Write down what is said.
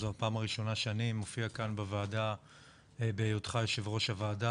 זו הפעם הראשונה שאני מופיע כאן בוועדה בהיותך יו"ר הוועדה,